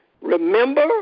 remember